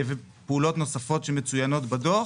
ופעולות נוספות שמצוינות בדוח,